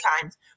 times